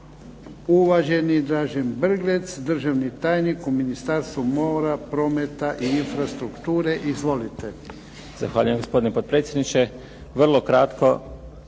Uvaženi Držen Breglec državni tajnik u Ministarstvu mora, prometa i infrastrukture. Izvolite. **Breglec, Dražen** Zahvaljujem gospodine predsjedniče. Vrlo kratko.